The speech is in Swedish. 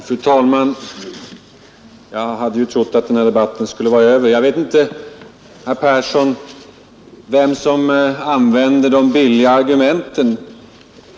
Fru talman! Jag hade trott att den här debatten skulle vara över nu. Jag vet inte, herr Persson, vem som använder de billiga argumenten.